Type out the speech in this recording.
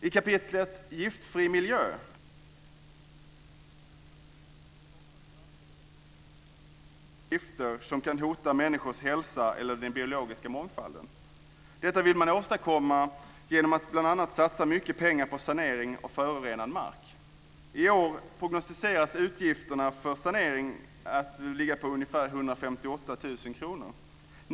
I kapitlet Giftfri miljö vill regeringen på en generation skapa ett samhälle fritt från gifter som kan hota människors hälsa eller den biologiska mångfalden. Detta vill man åstadkomma genom att bl.a. satsa mycket pengar på sanering av förorenad mark. I år prognostiseras utgifterna för sanering att ligga på ungefär 158 miljoner kronor.